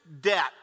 debt